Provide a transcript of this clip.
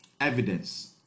evidence